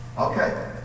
Okay